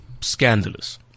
scandalous